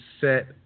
set